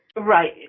Right